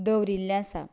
दवरिल्लें आसा